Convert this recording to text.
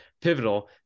pivotal